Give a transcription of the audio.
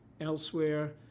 elsewhere